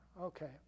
Okay